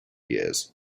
years